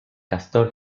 castor